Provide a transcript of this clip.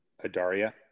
Adaria